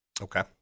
Okay